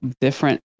different